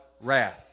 wrath